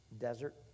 desert